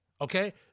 Okay